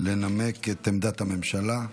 לנמק את עמדת הממשלה.